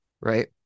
right